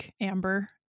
amber